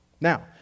Now